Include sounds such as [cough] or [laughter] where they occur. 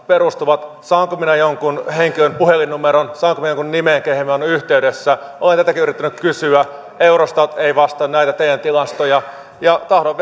perustuvat saanko minä jonkun henkilön puhelinnumeron saanko minä jonkun nimen kehen minä olen yhteydessä olen tätäkin yrittänyt kysyä eurostat ei vastaa näitä teidän tilastojanne tahdon [unintelligible]